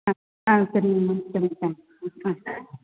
ஆ ஆ சரிங்கம்மா சரிங்க தேங்க்ஸ் ஆ